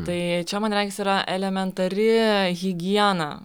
tai čia man regis yra elementari higiena